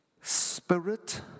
Spirit